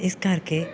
ਇਸ ਕਰਕੇ